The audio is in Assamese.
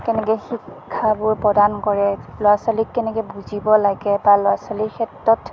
কেনেকা শিক্ষাবোৰ প্ৰদান কৰে ল'ৰা ছোৱালীক কেনেকৈ বুজিব লাগে বা ল'ৰা ছোৱালীৰ ক্ষেত্ৰত